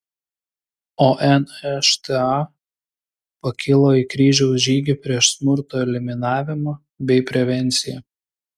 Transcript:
o nšta pakilo į kryžiaus žygį prieš smurto eliminavimą bei prevenciją